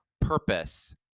purpose